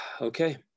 okay